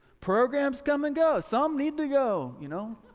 programs come and go, some need to go you know,